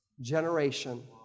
generation